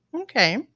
Okay